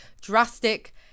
drastic